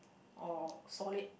or solid